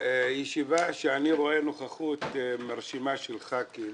זאת ישיבה שאני רואה נוכחות מרשימה של חברי כנסת,